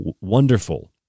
wonderful